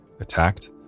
attacked